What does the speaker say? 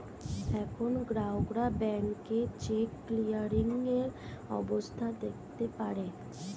এখন গ্রাহকরা ব্যাংকে চেক ক্লিয়ারিং এর অবস্থা দেখতে পারে